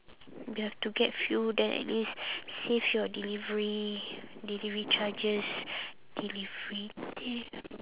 you have to get few then at least save your delivery delivery charges delivery de~